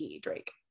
drake